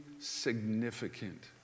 significant